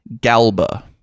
galba